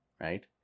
right